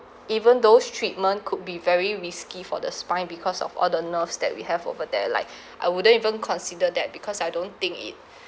even those treatment could be very risky for the spine because of all the nerves that we have over there like I wouldn't even consider that because I don't think it